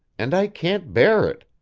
and i can't bear it.